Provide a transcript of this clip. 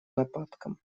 нападкам